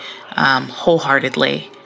wholeheartedly